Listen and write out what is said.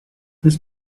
this